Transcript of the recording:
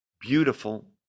beautiful